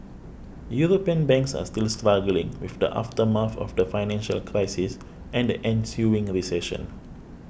European banks are still struggling with the aftermath of the financial crisis and the ensuing recession